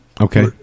Okay